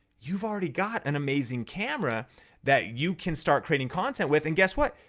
you've already got an amazing camera that you can start creating content with. and guess what?